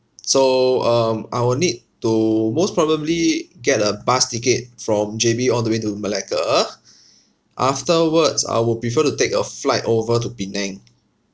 so um I will need to most probably get a bus ticket from J_B all the way to malacca afterwards I will prefer to take a flight over to penang